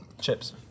Chips